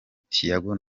thiago